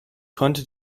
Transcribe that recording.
konnte